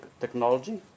technology